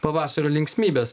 pavasario linksmybes